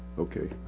Okay